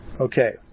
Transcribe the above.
Okay